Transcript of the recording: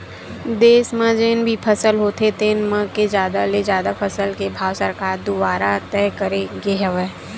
देस म जेन भी फसल होथे तेन म के जादा ले जादा फसल के भाव सरकार दुवारा तय करे गे हवय